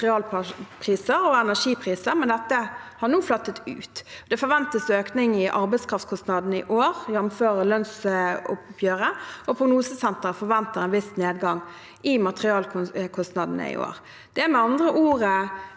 og energipriser, men dette har nå flatet ut. Det forventes økning i arbeidskraftkostnadene i år, jf. lønnsoppgjøret, og Prognosesenteret forventer en viss nedgang i materialkostnadene i år. Det er med andre ord